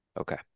Okay